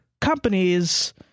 companies